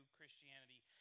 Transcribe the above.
Christianity